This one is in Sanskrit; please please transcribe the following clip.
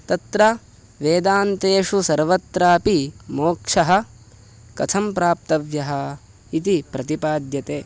तत्र वेदान्तेषु सर्वत्रापि मोक्षः कथं प्राप्तव्यः इति प्रतिपाद्यते